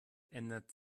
ändert